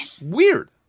Weird